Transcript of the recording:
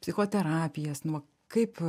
psichoterapijas nuo kaip